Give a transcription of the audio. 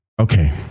okay